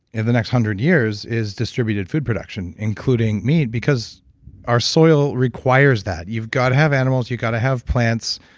the next hundred years, is distributed food production, including meat, because our soil requires that. you've got to have animals, you've got to have plants,